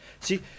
see